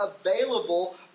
available